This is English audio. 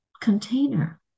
container